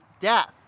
death